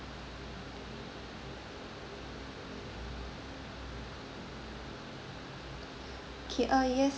K uh yes